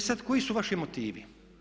E sada koji su vaši motivi?